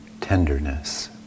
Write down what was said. tenderness